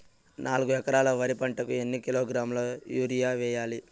నాలుగు ఎకరాలు వరి పంటకి ఎన్ని కిలోగ్రాముల యూరియ వేయాలి?